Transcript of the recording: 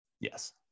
yes